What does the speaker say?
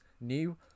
new